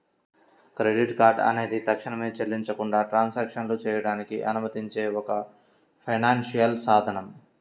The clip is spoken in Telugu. క్రెడిట్ కార్డ్ అనేది తక్షణమే చెల్లించకుండా ట్రాన్సాక్షన్లు చేయడానికి అనుమతించే ఒక ఫైనాన్షియల్ సాధనం